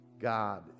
God